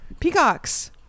Peacocks